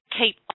keep